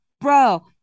bro